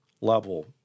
level